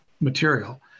material